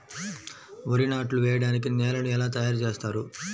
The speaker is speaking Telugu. వరి నాట్లు వేయటానికి నేలను ఎలా తయారు చేస్తారు?